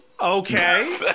Okay